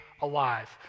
alive